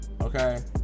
Okay